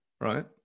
Right